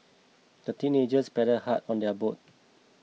the teenagers paddled hard on their boat